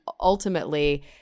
ultimately